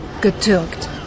Getürkt